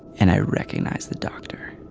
and i recognize the doctor